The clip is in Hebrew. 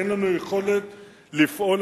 אין לנו יכולת לפעול.